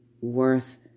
worth